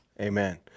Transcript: Amen